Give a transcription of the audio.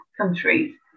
countries